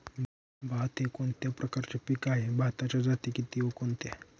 भात हे कोणत्या प्रकारचे पीक आहे? भाताच्या जाती किती व कोणत्या?